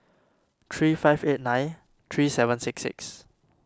three five eight nine three seven six six